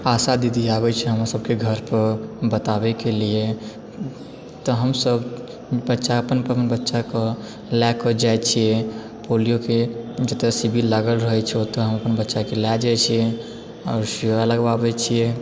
आशा दीदी आबै छै हमरासबके घर पर बताबै के लिए तऽ हमसब बच्चा अपन अपन बच्चा के लए कऽ जाइ छियै पोलियो के जतए शिविर लागल रहै छै ओतए हम अपन बच्चा के लए जाइ छियै और सुइया लगबाबै छियै